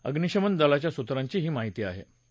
अग्निशमन दलाच्या सूत्रांनी ही माहिती दिली